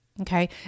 Okay